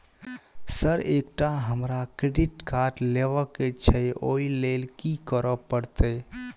Sir एकटा हमरा credit card लेबकै छैय ओई लैल की करऽ परतै?